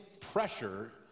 pressure